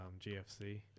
GFC